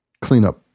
cleanup